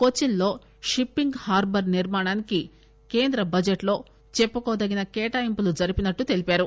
కొచ్చిన్లో shipping harbour నిర్మాణానికి కేంద్ర budget లో చెప్పుకోదగిన కేటాయింపులు జరిపినట్టు తెలిపారు